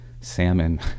salmon